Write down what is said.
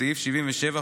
סעיף 77,